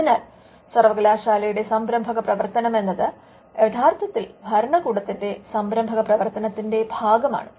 അതിനാൽ സർവ്വകലാശാലയുടെ സംരംഭക പ്രവർത്തനം എന്നത് യഥാർത്ഥത്തിൽ ഭരണകൂടത്തിന്റെ സംരംഭക പ്രവർത്തനത്തിന്റെ ഭാഗമാണ്